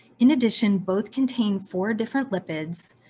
in addition, both contain four different lipids,